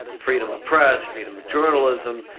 freedom of press, freedom of journalism,